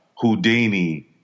Houdini